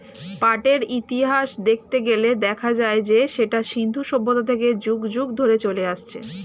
পাটের ইতিহাস দেখতে গেলে দেখা যায় যে সেটা সিন্ধু সভ্যতা থেকে যুগ যুগ ধরে চলে আসছে